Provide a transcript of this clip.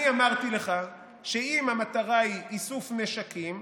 אני אמרתי לך שאם המטרה היא איסוף נשקים,